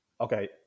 Okay